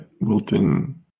Wilton